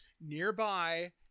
nearby